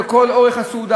לכל אורך הסעודה